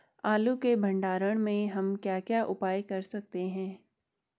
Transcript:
आलू के भंडारण में हम क्या क्या उपाय कर सकते हैं?